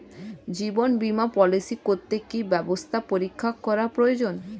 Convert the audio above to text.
জীবন বীমা পলিসি করতে কি স্বাস্থ্য পরীক্ষা করা প্রয়োজন?